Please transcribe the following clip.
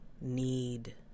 need